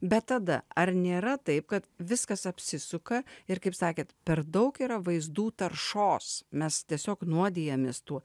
bet tada ar nėra taip kad viskas apsisuka ir kaip sakėt per daug yra vaizdų taršos mes tiesiog nuodijamės tuo